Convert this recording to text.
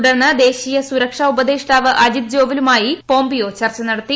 തുടർന്ന് ദേശീയ ർസുരക്ഷാ ഉപദേഷ്ടാവ് അജിത് ജോവലുമായി പോംപിയോ ച്ചർച്ച് നടത്തി